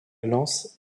lance